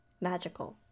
magical